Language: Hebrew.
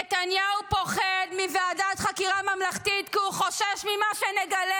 נתניהו פוחד מוועדת חקירה ממלכתית כי הוא חושש ממה שנגלה,